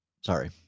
Sorry